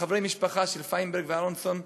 של פיינברג ואהרונסון,